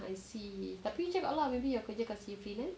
I see tapi you cakap lah maybe your kerja kasi you freelance